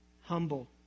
humble